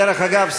דרך אגב,